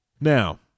Now